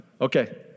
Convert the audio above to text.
Okay